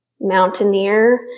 Mountaineer